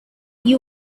you